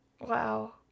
wow